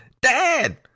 Dad